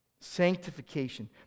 Sanctification